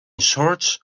shorts